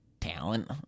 talent